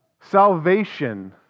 Salvation